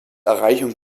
erreichung